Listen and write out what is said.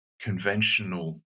conventional